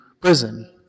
prison